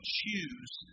choose